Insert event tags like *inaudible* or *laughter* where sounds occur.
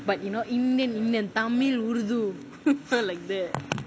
but you know indian indian tamil urdu *laughs* like that *noise*